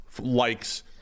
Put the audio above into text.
likes